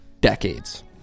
decades